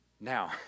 Now